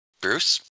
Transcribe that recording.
Bruce